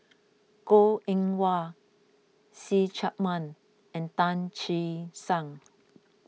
Goh Eng Wah See Chak Mun and Tan Che Sang